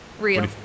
Real